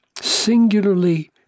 singularly